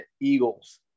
Eagles